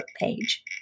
page